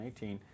2018